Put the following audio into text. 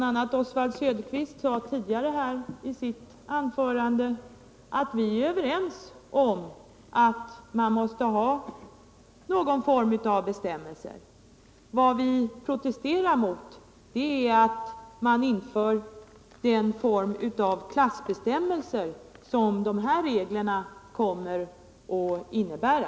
a. Oswald Söderqvist sade tidigare här att vi är överens om att man i det avseendet måste ha någon form av bestämmelser. Vad vi protesterar mot är att man inför den form av klassbestämmelser som de nu föreslagna reglerna kommer att innebära.